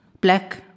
black